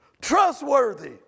trustworthy